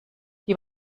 die